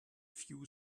few